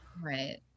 right